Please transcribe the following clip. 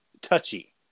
touchy